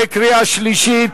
בקריאה שלישית.